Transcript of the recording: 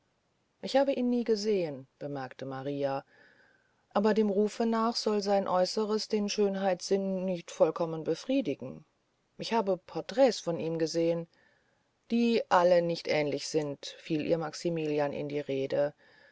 ich habe ihn nie gesehen bemerkte maria aber dem rufe nach soll sein äußeres den schönheitssinn nicht vollkommen befriedigen ich habe porträte von ihm gesehen die alle nicht ähnlich sind fiel ihr maximilian in die rede